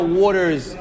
waters